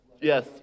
Yes